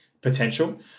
potential